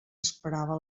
esperava